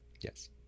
yes